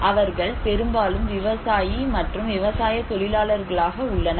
அவர்கள் பெரும்பாலும் விவசாயி மற்றும் விவசாயத் தொழிலாளர்களாக உள்ளனர்